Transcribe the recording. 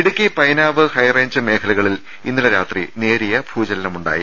Idukki Painavu high range മേഖലകളിൽ ഇന്നലെ രാത്രി നേരിയ ഭൂചലനമുണ്ടായി